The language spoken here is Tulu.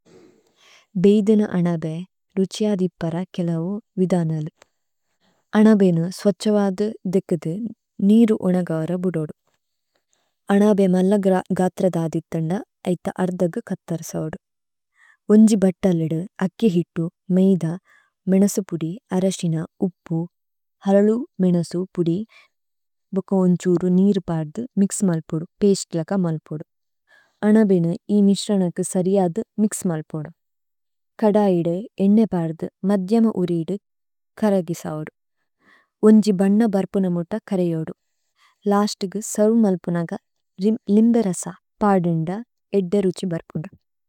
ഭേഇദു ന അനബേ രുഛിഅദി ഇപ്പര കിലവു വിദനലു। അനബേ നു സ്വഛവദു ദിക്കിദു, നീരു ഓനഗവര ബുദോദു। അനബേ മല്ലഗ്ര ഗഥ്ര ദാദിഥന്ദ, ഐഥ അര്ധഗു കഥരസവദു। വോന്ജി ബത്തലിദു, അക്കി ഹിത്തു, മൈദ, മിനസു പുദി, അരശിന, ഉപ്പു, ഹലലു മിനസു പുദി, ബുകോന്ഛുരു നീരു പാദു, മിക്സ് മല്പോദു, പേസ്തേ ലക മല്പോദു। അനബേ നു ഇ മിശ്രനകു സരിയഥു, മിക്സ് മല്പോദു। കദൈദു, ഏന്നേപരഥു, മധ്യമ ഉരീദു, കരഗിസൌദു। വോന്ജി ബന്ന ബര്പുന മോത്ത കരൈഉദു। ലസ്തുകു സര്വുമല്പുന ഗ ലിമ്ബേരസ, പാദു ന്ദ ഏദ്ദേ രുഛി ബര്പുന്ദു।